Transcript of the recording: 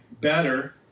better